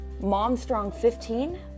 MOMSTRONG15